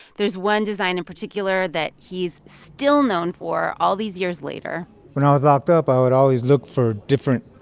there's one design in particular that he's still known for all these years later when i was locked up, i would always look for different.